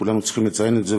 וכולנו צריכים לציין את זה,